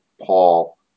Paul